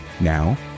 Now